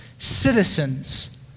Citizens